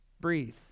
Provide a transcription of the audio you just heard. breathe